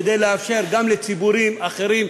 כדי לאפשר גם לציבורים אחרים,